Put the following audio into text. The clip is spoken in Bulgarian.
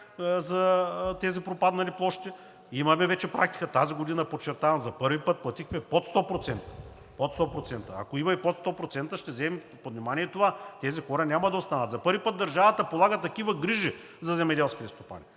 за тези пропаднали площи, вече имаме практика. Тази година, подчертавам, за първи път платихме под 100%. Ако има и под 100%, ще вземем под внимание това. Тези хора няма да останат! За първи път държавата полага такива грижи за земеделските стопани